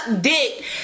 dick